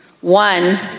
One